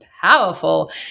powerful